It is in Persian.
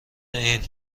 این